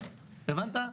הבנת?